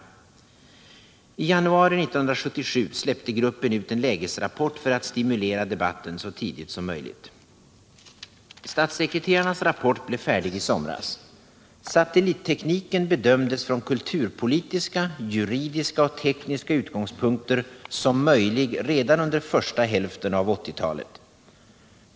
1 januari 1977 släppte gruppen ut en lägesrapport för att stimulera debatten så tidigt som möjligt. Statssekreterarnas rapport blev färdig i somras. Satellittekniken bedömdes från kulturpolitiska, juridiska och tekniska utgångspunkter som möjlig redan under första hälften av 1980-talet.